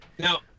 Now